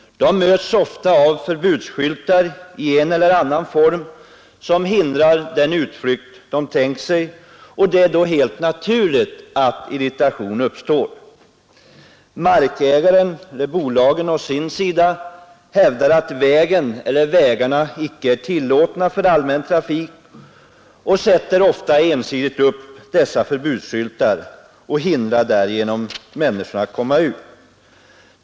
De möts där ofta av förbudsskyltar i en eller annan form som hindrar den utflykt de tänkt göra. Det är då helt naturligt att irritation uppstår. Markägaren — eller bolagen — å sin sida hävdar att vägarna är icke tillåtna för allmän trafik och sätter ofta ensidigt upp dessa förbudsskyltar och hindrar därigenom människorna att komma ut i markerna.